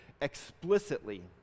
explicitly